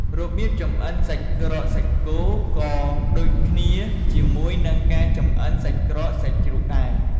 របៀបចម្អិនសាច់ក្រកសាច់គោ ក៏ដូចគ្នាជាមួយនឹងការចម្អិនសាច់ក្រកសាច់ជ្រូកដែរ។